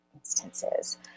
instances